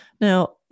Now